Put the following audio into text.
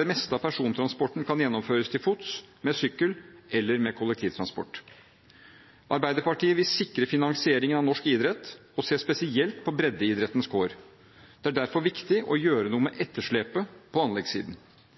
det meste av persontransporten kan gjennomføres til fots, med sykkel eller med kollektivtransport. Arbeiderpartiet vil sikre finansieringen av norsk idrett og se spesielt på breddeidrettens kår. Det er derfor viktig å gjøre noe med etterslepet på anleggssiden.